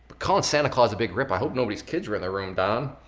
calling santa claus a big rip, i hope nobody's kids were in the room, don.